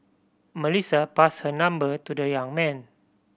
Melissa passed her number to the young man